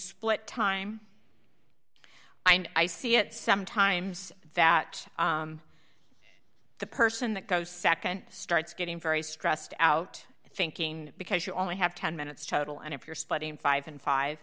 split time i see it sometimes that the person that goes nd starts getting very stressed out thinking because you only have ten minutes total and if you're studying five and five